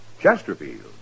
Chesterfield